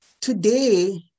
today